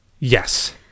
Yes